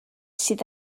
sydd